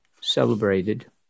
celebrated